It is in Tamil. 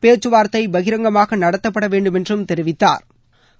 பேச்சுவார்த்தை பகிரங்கமாக நடத்தப்பட வேண்டும் என்றும் தெரிவித்தாா்